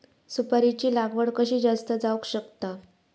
सुपारीची लागवड कशी जास्त जावक शकता?